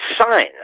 sign